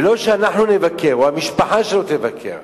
ולא שאנחנו נבקר או המשפחה שלו תבקר.